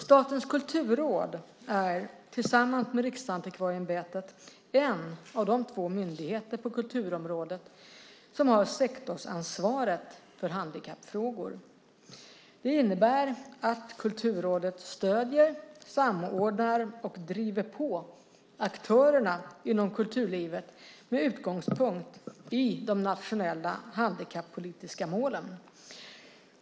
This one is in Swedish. Statens kulturråd är tillsammans med Riksantikvarieämbetet en av de två myndigheter på kulturområdet som har sektorsansvaret för handikappfrågor. Det innebär att Kulturrådet stöder, samordnar och driver på aktörerna inom kulturlivet med utgångspunkt i de nationella handikappolitiska målen.